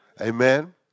Amen